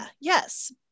Yes